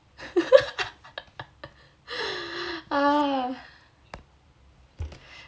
ah